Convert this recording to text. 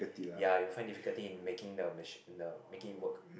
ya you will find difficulty in making the the making it work